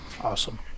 Awesome